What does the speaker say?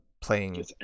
playing